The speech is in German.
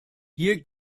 hier